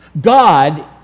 God